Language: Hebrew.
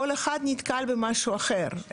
כל אחד נתקל במשהו אחר.